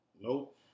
Nope